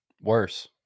worse